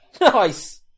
Nice